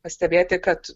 pastebėti kad